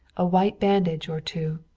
a white bandage or two.